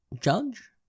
Judge